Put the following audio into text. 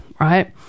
right